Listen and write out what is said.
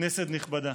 כנסת נכבדה.